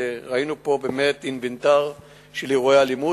וראינו פה באמת אינוונטר של אירועי אלימות.